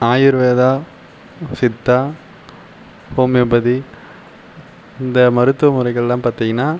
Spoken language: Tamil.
ஆயுர்வேதா சித்தா ஹோமியோபதி இந்த மருத்துவ முறைகள் எல்லாம் பார்த்தீங்கன்னா